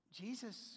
Jesus